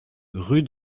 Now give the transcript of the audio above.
rue